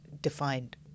defined